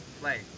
play